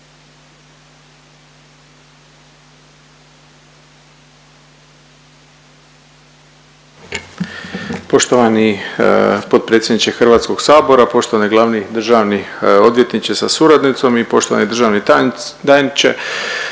Poštovani potpredsjedniče HS, poštovani glavni državni odvjetniče sa suradnicom i poštovani državni tajniče,